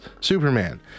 Superman